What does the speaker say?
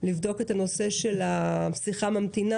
לבדוק את הנושא של השיחה הממתינה.